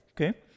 Okay